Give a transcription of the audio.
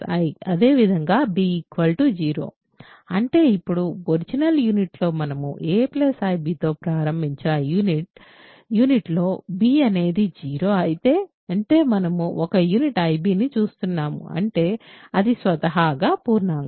అదేవిధంగా b 0 అప్పుడు అంటే ఒరిజినల్ యూనిట్ లో మనము aib తో ప్రారంభించిన యూనిట్లో b అనేది 0 అయితే అంటే మనము ఒక యూనిట్ iaని చూస్తున్నాము అంటే అది స్వతహాగా పూర్ణాంకం